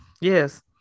Yes